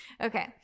Okay